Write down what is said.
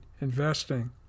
Investing